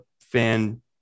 fan